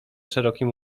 szerokim